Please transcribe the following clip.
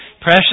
precious